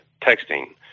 texting